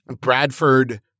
Bradford